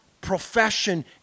profession